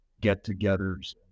get-togethers